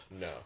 No